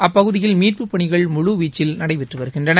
அப்பகுதியில் மீட்புப் பணிகள் முழுவீச்சில் நடைபெற்று வருகின்றன